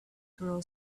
girl